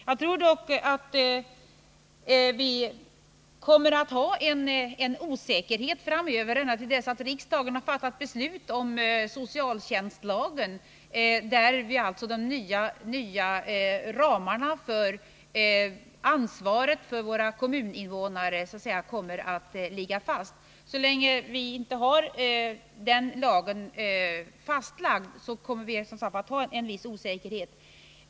Jag tror dock att vi kommer att ha en osäkerhet framöver ända till dess att riksdagen har fattat beslut om socialtjänstlagen, där de nya ramarna för ansvaret för våra kommuninvånare läggs fast. Så länge den lagen inte har antagits kommer vi, som sagt, att ha en viss osäkerhet.